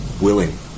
willing